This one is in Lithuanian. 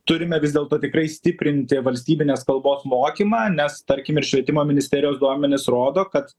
turime vis dėlto tikrai stiprinti valstybinės kalbos mokymą nes tarkim ir švietimo ministerijos duomenys rodo kad